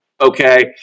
okay